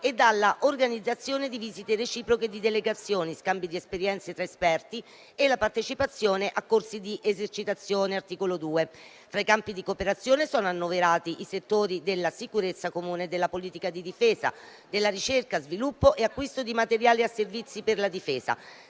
ed all'organizzazione di visite reciproche di delegazioni e di scambi di esperienze tra esperti, nonché la partecipazione a corsi di esercitazione (articolo 2). Tra i campi di cooperazione sono annoverati i settori della sicurezza comune e della politica di difesa, della ricerca e sviluppo e acquisizione di prodotti e servizi per la difesa,